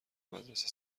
مدرسه